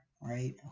right